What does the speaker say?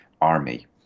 army